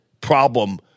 problem